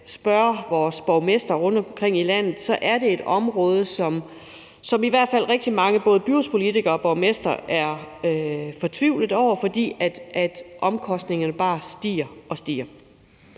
spørge vores borgmestre rundtomkring i landet, og så vil vi høre, at det et område, som i hvert fald rigtig mange både byrådspolitikere og borgmestre er fortvivlede over, fordi omkostningerne bare stiger og stiger.